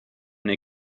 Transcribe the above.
they